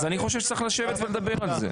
אני חושב שצריך לשבת ולדבר על זה.